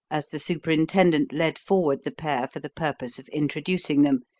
as the superintendent led forward the pair for the purpose of introducing them,